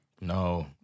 No